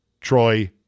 Troy